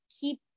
keep